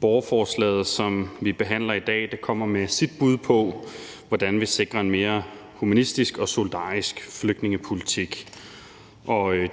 Borgerforslaget, som vi behandler i dag, kommer med sit bud på, hvordan vi sikrer en mere humanistisk og solidarisk flygtningepolitik.